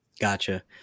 Gotcha